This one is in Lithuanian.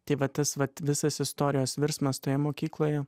tai va tas vat visas istorijos virsmas toje mokykloje